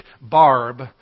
Barb